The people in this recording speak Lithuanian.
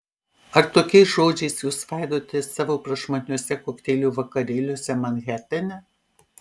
ar tokiais žodžiais jūs svaidotės savo prašmatniuose kokteilių vakarėliuose manhetene